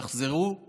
תחזרו לימין.